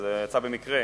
וזה יצא במקרה: